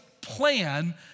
plan